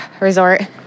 resort